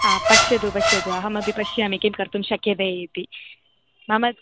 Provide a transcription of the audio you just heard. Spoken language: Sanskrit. हा पश्यतु पश्यतु अहमपि पश्यामि किं कर्तुं शक्यते इति मम